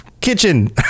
kitchen